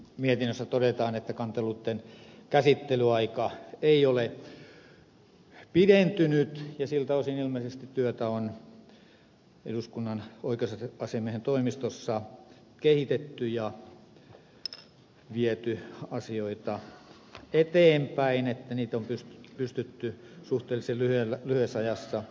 mietinnössä todetaan että kanteluitten käsittelyaika ei ole pidentynyt ja siltä osin ilmeisesti työtä on eduskunnan oikeusasiamiehen toimistossa kehitetty ja viety asioita eteenpäin että niitä on pystytty suhteellisen lyhyessä ajassa käsittelemään